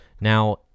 Now